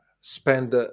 spend